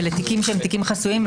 אלה תיקים שהם חסויים,